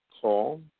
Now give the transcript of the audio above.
call